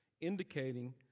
indicating